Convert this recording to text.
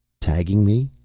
tagging me?